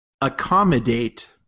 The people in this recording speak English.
accommodate